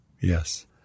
Yes